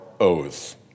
oaths